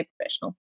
professional